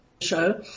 show